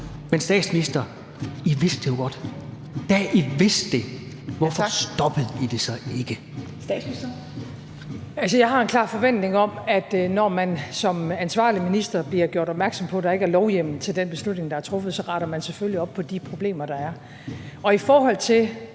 Tak. Statsministeren. Kl. 13:48 Statsministeren (Mette Frederiksen): Jeg har en klar forventning om, at når man som ansvarlig minister bliver gjort opmærksom på, at der ikke er lovhjemmel til den beslutning, der er truffet, så retter man selvfølgelig op på de problemer, der er. Og i forhold til